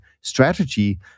strategy